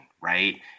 right